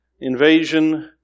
Invasion